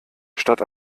statt